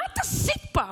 מה עשית פעם?